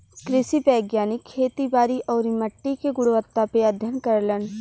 कृषि वैज्ञानिक खेती बारी आउरी मट्टी के गुणवत्ता पे अध्ययन करलन